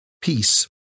peace